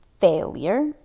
failure